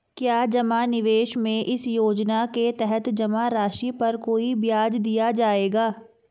क्या जमा निवेश में इस योजना के तहत जमा राशि पर कोई ब्याज दिया जाएगा?